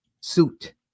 suit